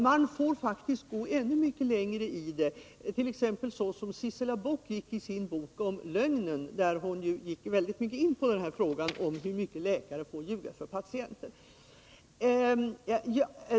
Man får faktiskt gå ännu mycket längre in i det, såsom t.ex. Sissela Bok i sin bok om lögnen, där hon ju trängde djupt in i frågan om hur mycket läkare får ljuga för patienten.